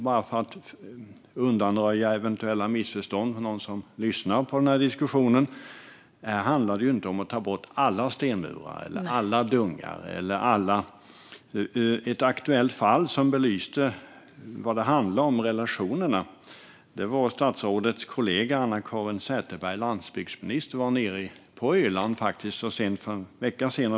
Bara för att undanröja eventuella missförstånd hos dem som lyssnar på denna diskussion ska jag säga att det inte handlar om att ta bort alla stenmurar eller alla dungar. Det finns ett aktuellt fall som belyser vad detta handlar om. Statsrådets kollega, landsbygdsminister Anna-Caren Sätherberg, var på Öland så sent som för en vecka sedan.